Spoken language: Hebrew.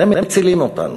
אתם מצילים אותנו,